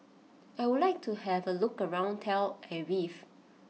I would like to have a look around Tel Aviv